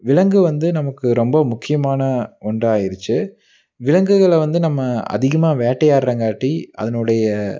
விலங்கு வந்து நமக்கு ரொம்ப முக்கியமான ஒன்றாயிடுச்சி விலங்குகளை வந்து நம்ம அதிகமாக வேட்டையாடுறங்காட்டி அதனுடைய